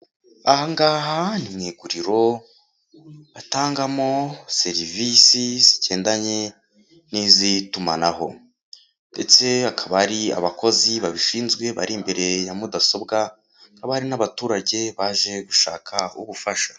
Ahangaha ni mu iguriro batangamo serivisi zigendanye n'iz'itumanaho ndetse akaba ari abakozi babishinzwe bari imbere ya mudasobwa, hakaba hari n'abaturage baje gushaka ubufasha.